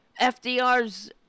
FDR's